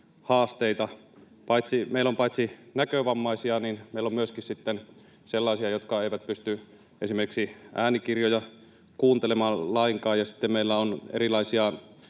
haasteita. Meillä on paitsi näkövammaisia myöskin sellaisia, jotka eivät pysty esimerkiksi äänikirjoja kuuntelemaan lainkaan, ja sitten meillä on erilaisia